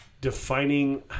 defining